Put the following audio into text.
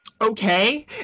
okay